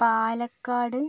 Palakkad